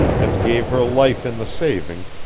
and gave her life in the saving,